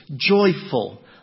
joyful